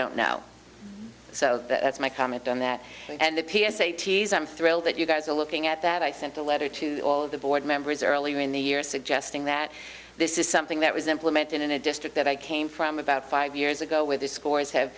don't know so that's my comment on that and the p s a t's i'm thrilled that you guys are looking at that i sent a letter to all of the board members earlier in the year suggesting that this is something that was implemented in a district that i came from about five years ago with the scores have